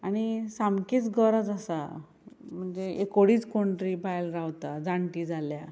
आनी सामकीच गरज आसा म्हणजे एकोडीच कोण तरी बायल रावता जाण्टी जाल्या